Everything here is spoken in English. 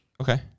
okay